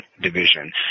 Division